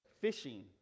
Fishing